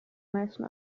meisten